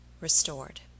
RESTORED